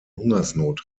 hungersnot